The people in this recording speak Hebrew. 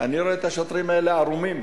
אני רואה את השוטרים האלה עירומים,